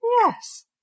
Yes